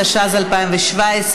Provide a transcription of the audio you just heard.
התשע"ז 2017,